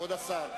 כבוד השר,